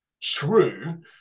true